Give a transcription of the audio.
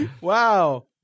Wow